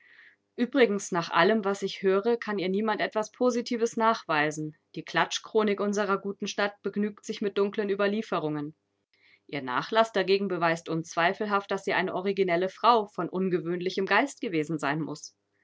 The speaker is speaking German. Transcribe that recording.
uebrigens nach allem was ich höre kann ihr niemand etwas positives nachweisen die klatschchronik unserer guten stadt begnügt sich mit dunklen ueberlieferungen ihr nachlaß dagegen beweist unzweifelhaft daß sie eine originelle frau von ungewöhnlichem geist gewesen sein muß